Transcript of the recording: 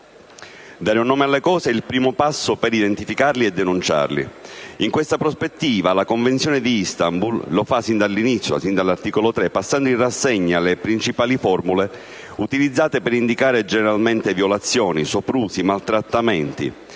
Dare un nome alle cose è il primo passo per identificarle e denunciarle. In questa prospettiva la Convenzione di Istanbul lo fa sin dall'inizio, dall'articolo 3, passando in rassegna le principali formule utilizzate per indicare generalmente violazioni, soprusi, maltrattamenti